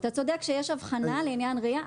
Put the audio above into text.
אתה צודק שיש הבחנה לעניין RIA,